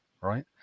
Right